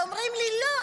ואומרים לי: לא,